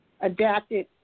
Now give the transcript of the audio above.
adapted